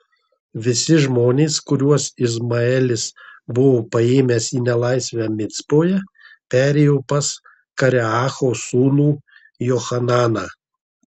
visi žmonės kuriuos izmaelis buvo paėmęs į nelaisvę micpoje perėjo pas kareacho sūnų johananą